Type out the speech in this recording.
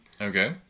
Okay